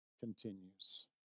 continues